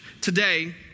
today